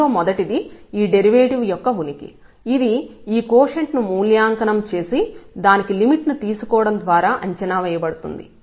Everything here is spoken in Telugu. అందులో మొదటిది ఈ డెరివేటివ్ యొక్క ఉనికి ఇది ఈ కోషెంట్ ను మూల్యాంకనం చేసి దానికి లిమిట్ ను తీసుకోవడం ద్వారా అంచనా వేయబడుతుంది